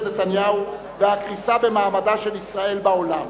נתניהו והקריסה במעמדה של ישראל בעולם.